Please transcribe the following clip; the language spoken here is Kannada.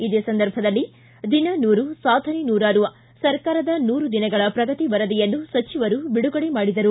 ಇದೇ ಸಂದರ್ಭದಲ್ಲಿ ದಿನ ನೂರು ಸಾಧನೆ ನೂರಾರು ಸರ್ಕಾರದ ನೂರು ದಿನಗಳ ಪ್ರಗತಿ ವರದಿಯನ್ನು ಸಚವರು ಬಿಡುಗಡೆ ಮಾಡಿದರು